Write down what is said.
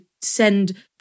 send